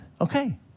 Okay